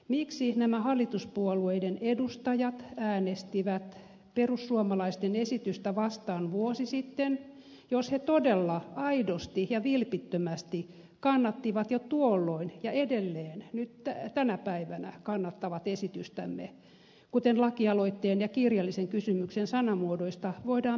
miksi nämä hallituspuolueiden edustajat äänestivät perussuomalaisten esitystä vastaan vuosi sitten jos he todella aidosti ja vilpittömästi kannattivat jo tuolloin ja edelleen nyt tänä päivänä kannattavat esitystämme kuten lakialoitteen ja kirjallisen kysymyksen sanamuodoista voidaan päätellä